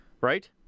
right